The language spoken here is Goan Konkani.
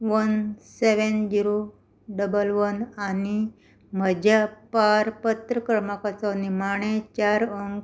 one seven zero double one आनी म्हज्या पारपत्र क्रमांकाचो निमाणें चार अंक